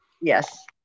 Yes